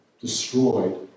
destroyed